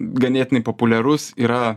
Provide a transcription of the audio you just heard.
ganėtinai populiarus yra